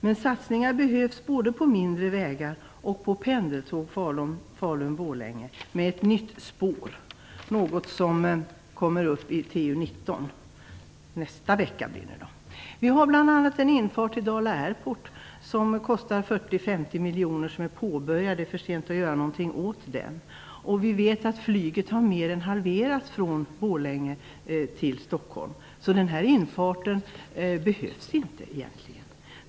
Men satsningar behövs både på mindre vägar och på pendeltåg Falun-Borlänge, med ett nytt spår, något som kommer upp i TU19 Vi har bl.a. en infart till Dala airport som kostar 40-50 miljoner. Den är påbörjad så det är för sent att göra någonting åt den. Vi vet att antalet flygpassagerare från Borlänge till Stockholm har mer än halverats. Så den här infarten behövs inte egentligen.